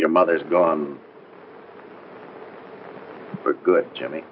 your mother's gone for good jimmy